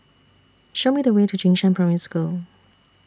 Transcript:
Show Me The Way to Jing Shan Primary School